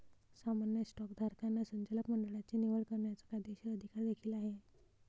सामान्य स्टॉकधारकांना संचालक मंडळाची निवड करण्याचा कायदेशीर अधिकार देखील आहे